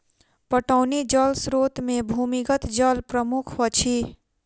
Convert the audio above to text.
पटौनी जल स्रोत मे भूमिगत जल प्रमुख अछि